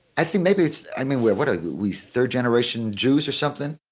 i think maybe it's i mean, where what are we, third generation jews or something?